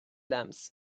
lamps